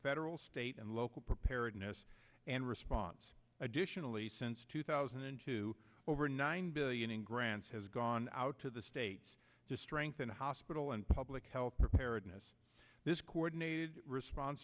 federal state and local preparedness and response additionally since two thousand and two over nine billion in grants has gone out to the states to strengthen hospital and public health preparedness this coordinated response